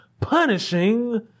punishing